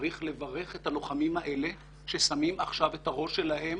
צריך לברך את הלוחמים האלה ששמים עכשיו את הראש שלהם